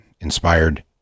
inspired